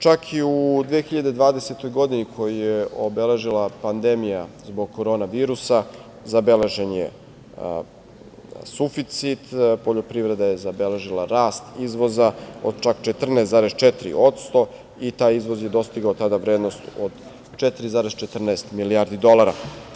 Čak i u 2020. godini, koju je obeležila pandemija zbog korona virusa, zabeležen je suficit, poljoprivreda je zabeležila rast izvoza od čak 14,4% i taj izvoz je dostigao tada vrednost od 4,14 milijardi dolara.